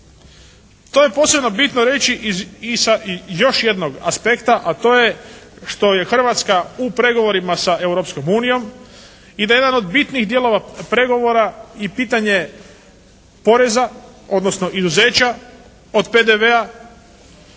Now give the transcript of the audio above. To je posebno bitno reći i sa još jednog aspekta a to je što je Hrvatska u pregovorima sa Europskom unijom i da je jedan od bitnih dijelova pregovora i pitanje poreza odnosno izuzeća od PDV-a,